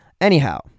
Anyhow